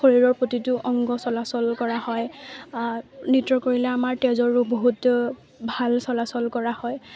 শৰীৰৰ প্ৰতিটো অংগ চলাচল কৰা হয় নৃত্য কৰিলে আমাৰ তেজৰো বহুত ভাল চলাচল কৰা হয়